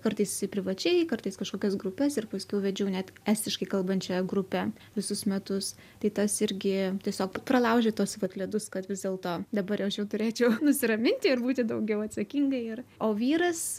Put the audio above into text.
kartais privačiai kartais kažkokias grupes ir paskiau vedžiau net estiškai kalbančią grupę visus metus tai tas irgi tiesiog pralaužė tuos vat ledus kad vis dėlto dabar aš jau turėčiau nusiraminti ir būti daugiau atsakinga ir o vyras